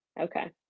okay